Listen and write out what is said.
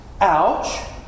Ouch